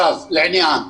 לעניין ובקיצור.